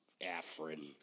Afrin